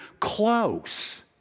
close